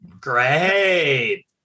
Great